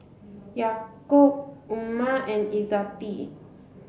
Yaakob Umar and Izzati